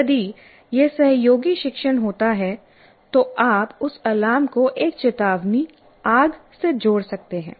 यदि यह सहयोगी शिक्षण होता है तो आप उस अलार्म को एक चेतावनी आग से जोड़ सकते हैं